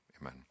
amen